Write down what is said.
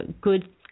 good